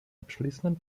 abschließenden